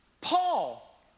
Paul